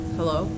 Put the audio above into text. Hello